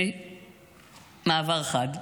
במעבר חד,